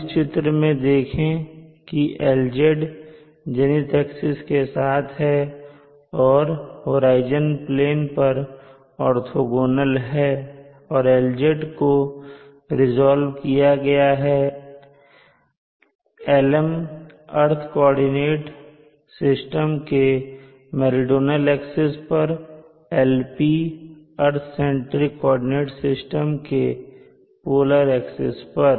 अब इस चित्र में देखें की Lz जेनिथ एक्सिस के साथ है और होराइजन प्लेन पर ऑर्थोंगोनल है और Lz को रीज़ाल्व्ड किया गया है Lm अर्थ कॉर्डिनेट सिस्टम के मेरीडोनल एक्सिस पर और Lp earth centric coordinate system के पोलर एक्सिस पर